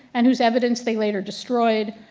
and whose evidence they later destroyed.